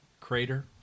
crater